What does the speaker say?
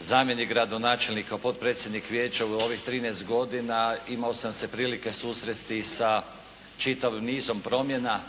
zamjenik gradonačelnika, potpredsjednik vijeća u ovih 13 godina imao sam se prilike susresti i sa čitavim nizom promjena